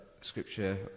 scripture